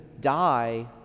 die